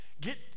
Get